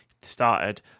started